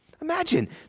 Imagine